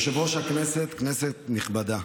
יושב-ראש הישיבה, כנסת נכבדה,